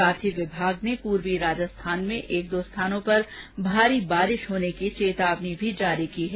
साथ ही विभाग ने पूर्वी राजस्थान में एक दो स्थानों पर भारी बारिश होने की चेतावनी भी जारी की है